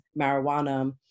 marijuana